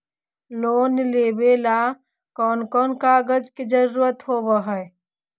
Loan लेबे ला कौन कौन कागजात के जरुरत होबे है?